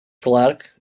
clark